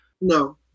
No